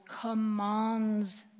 commands